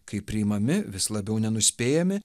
kai priimami vis labiau nenuspėjami